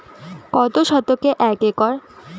কত শতকে এক একর?